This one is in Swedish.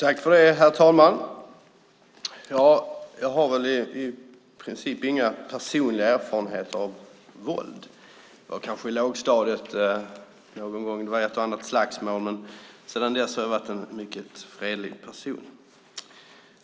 Herr talman! Jag har i princip inga personliga erfarenheter av våld. Det kanske var ett och annat slagsmål i lågstadiet. Sedan dess har jag varit en mycket fredlig person.